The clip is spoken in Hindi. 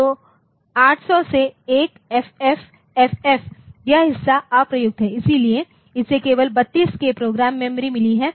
तो 800 से 1 FFFF यह हिस्सा अप्रयुक्त है इसलिए इसे केवल 32K प्रोग्राम मेमोरी मिली है